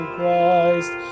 Christ